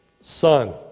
son